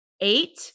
Eight